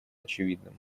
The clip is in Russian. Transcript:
очевидным